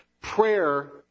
prayer